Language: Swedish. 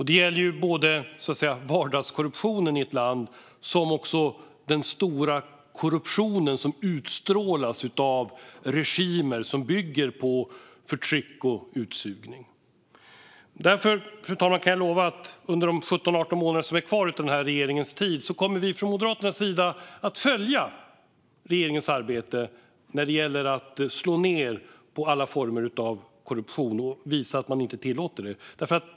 Det gäller både vardagskorruptionen i ett land och den stora korruptionen, som utstrålas av regimer som bygger på förtryck och utsugning. Därför, fru talman, kan jag lova att vi från Moderaternas sida under de 17-18 månader som är kvar av den här regeringens tid kommer att följa regeringens arbete när det gäller att slå ned på alla former av korruption och visa att man inte tillåter det.